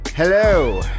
hello